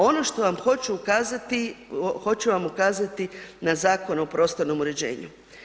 Ono što vam hoću ukazati, hoću vam ukazati na Zakon o prostornom uređenju.